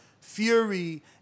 Fury